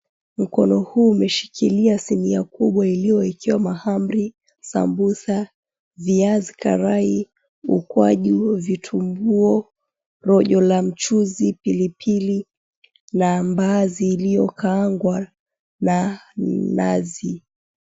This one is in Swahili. Mkono huu umeshikilia sinia kubwa iliyoekewa mahamri, sambusa, viazi karai, ukwaju, vitumbua, rojo la mchuzi, pilipili na mbaazi iliyokaangwa na nazi.